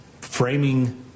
framing